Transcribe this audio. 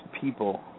people